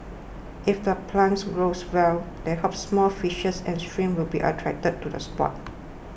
if the plants grows well they hope small fishes and shrimps will be attracted to the spot